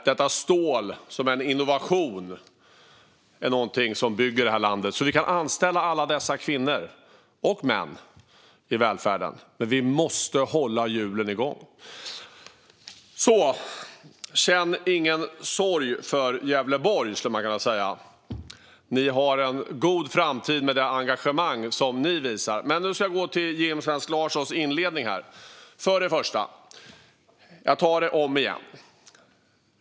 Detta stål som är en innovation är någonting som bygger detta land så att vi kan anställa alla dessa kvinnor, och män, i välfärden. Vi måste nämligen hålla hjulen igång. Känn ingen sorg för Gävleborg, skulle man kunna säga. Ni har en god framtid med det engagemang som ni visar. Nu ska jag gå tillbaka till Jim Svensk Larssons inledning. Jag tar det om igen.